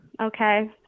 okay